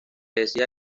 decía